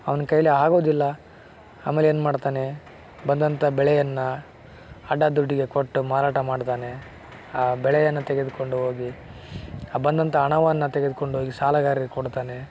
ಅವ್ನ ಕೈಯಲ್ಲಿ ಆಗೋದಿಲ್ಲ ಆಮೇಲೆ ಏನು ಮಾಡ್ತಾನೆ ಬಂದಂತ ಬೆಳೆಯನ್ನ ಅಡ್ದ ದುಡ್ಡಿಗೆ ಕೊಟ್ಟು ಮಾರಾಟ ಮಾಡ್ತಾನೆ ಆ ಬೆಳೆಯನ್ನು ತೆಗೆದುಕೊಂಡು ಹೋಗಿ ಆ ಬಂದಂತ ಹಣವನ್ನ ತೆಗೆದುಕೊಂಡೋಗಿ ಸಾಲಗಾರಿಗೆ ಕೊಡ್ತಾನೆ